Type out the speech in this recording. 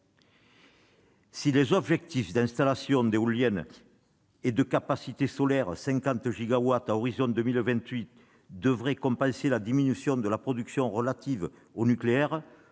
Si les objectifs d'installation d'éoliennes et de capacité solaire- 50 gigawatts à l'horizon de 2028 - doivent compenser la diminution de la production nucléaire,